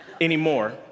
anymore